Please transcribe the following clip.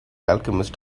alchemist